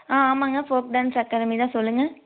ஆ ஆமாங்க folk dance academy தான் சொல்லுங்கள்